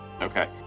Okay